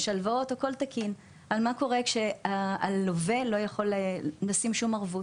יש הלוואות והכול תקין אבל מה קורה כשהלווה לא יכול לשים שום ערבות?